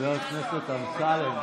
תוכנית עבודה מסודרת, לא דיבורים כמוך,